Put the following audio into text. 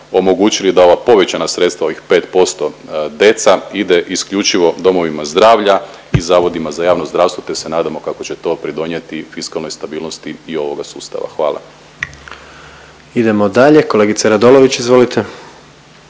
omogućili da ova povećana sredstva, ovih 5% DCA ide isključivo domovima zdravlja i zavodima za javno zdravstvo, te se nadamo kako će to pridonijeti fiskalnoj stabilnosti i ovoga sustava. Hvala. **Jandroković, Gordan (HDZ)** Idemo dalje. Kolegice Radolović, izvolite.